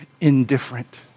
indifferent